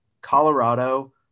Colorado